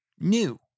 new